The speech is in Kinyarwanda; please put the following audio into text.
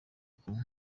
kumwe